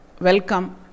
Welcome